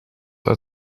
uit